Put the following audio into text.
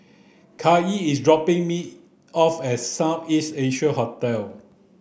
Kaycee is dropping me off at South East Asia Hotel